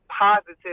positive